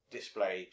display